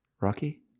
Rocky